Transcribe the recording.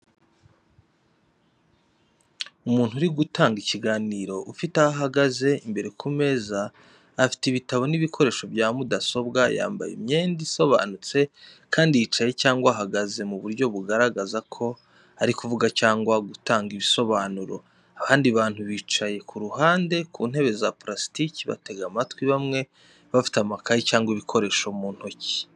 Umuntu uri gutanga ikiganiro ufite aho ahagaze, imbere ku meza afite ibitabo n’ibikoresho bya mudasobwa. Yambaye imyenda isobanutse kandi yicaye cyangwa ahagaze mu buryo bugaragaza ko ari kuvuga cyangwa gutanga ibisobanuro. Abandi bantu bicaye ku ruhande ku ntebe za purasitiki batega amatwi bamwe bafite amakayi cyangwa ibikoresho mu ntoki.